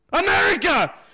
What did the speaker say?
America